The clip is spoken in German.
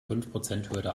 fünfprozenthürde